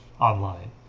online